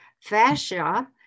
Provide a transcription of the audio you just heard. fascia